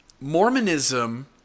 Mormonism